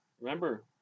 Remember